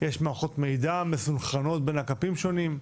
יש מערכות מידע מסונכרנות בין אגפים שונים,